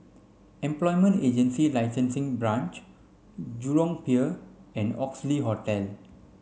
Employment Agency Licensing Branch Jurong Pier and Oxley Hotel